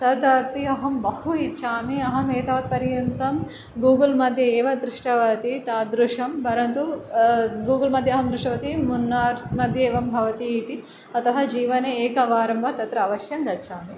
तदपि अहं बहु इच्छामि अहम् एतावत् पर्यन्तं गूगल् मध्ये एव दृष्टवती तादृशं परन्तु गूगल् मध्ये अहं दृष्टवती मुन्नार् मद्ये एवं भवति इति अतः जीवने एकवारं वा तत्र अवश्यं गच्छामि